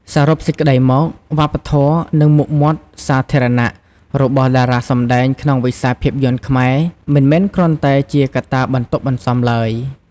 សរុបសេចក្តីមក វប្បធម៌ និងមុខមាត់សាធារណៈរបស់តារាសម្ដែងក្នុងវិស័យភាពយន្តខ្មែរ មិនមែនគ្រាន់តែជាកត្តាបន្ទាប់បន្សំឡើយ។